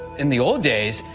in the old days,